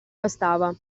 bastava